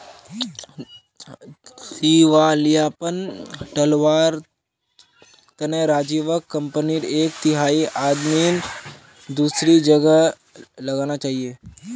दिवालियापन टलवार तने राजीवक कंपनीर एक तिहाई आमदनी दूसरी जगह लगाना चाहिए